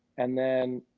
and then,